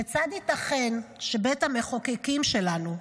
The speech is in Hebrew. כיצד ייתכן שבית המחוקקים שלנו,